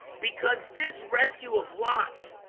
because this rescue of lot